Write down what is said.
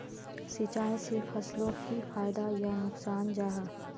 सिंचाई से फसलोक की फायदा या नुकसान जाहा?